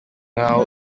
nkaho